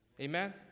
Amen